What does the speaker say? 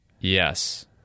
Yes